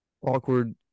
awkward